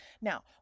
Now